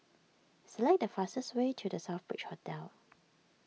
select the fastest way to the Southbridge Hotel